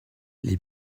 les